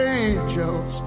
angels